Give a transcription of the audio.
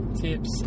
tips